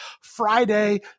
Friday